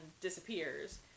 disappears